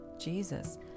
Jesus